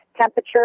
temperature